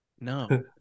no